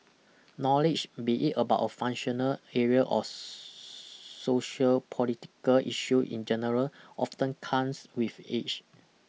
knowledge be it about a functional area or sociopolitical issue in general often comes with age